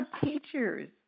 teachers